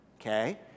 Okay